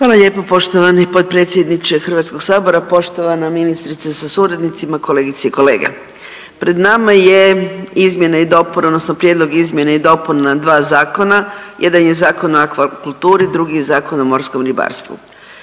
Hvala lijepo. Poštovani potpredsjedniče HS-a, poštovana ministrice sa suradnicima, kolegice i kolege. Pred nama je izmjena i dopuna odnosno prijedlog izmjene i dopuna dva zakona, jedan je Zakon o akvakulturi, drugi je Zakon o morskom ribarstvu.